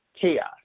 chaos